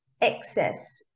excess